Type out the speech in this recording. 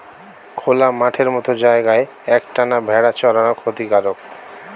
খোলা মাঠের মত জায়গায় এক টানা ভেড়া চরানো ক্ষতিকারক